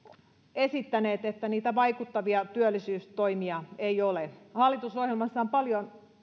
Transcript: esittäneet että niitä vaikuttavia työllisyystoimia ei ole hallitusohjelmassa on paljon